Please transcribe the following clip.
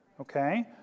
okay